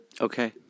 Okay